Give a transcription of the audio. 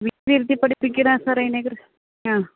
വീട്ടിയിരുത്തി പഠിപ്പിക്കലാണ് സാറെ അതെനിക്കു ആ